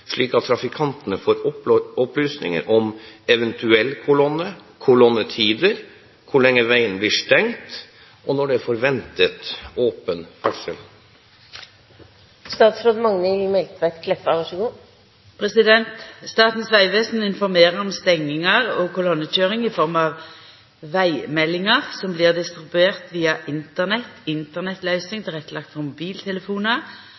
slik at trafikantene får opplysninger om eventuell kolonne, kolonnetider, hvor lenge veien blir stengt, og når det er forventet åpen ferdsel?» Statens vegvesen informerer om stengingar og kolonnekøyring i form av vegmeldingar som blir distribuerte via Internett,